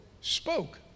spoke